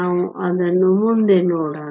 ನಾವು ಅದನ್ನು ಮುಂದೆ ನೋಡೋಣ